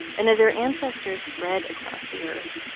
and as our ancestors spread across the earth,